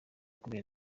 kubera